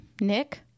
Nick